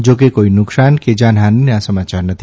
જા કે કોઇ નુકસાન કે જાનહાનીના સમાચાર નથી